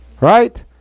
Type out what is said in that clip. Right